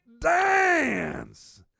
dance